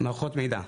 מערכות מידע,